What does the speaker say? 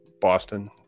Boston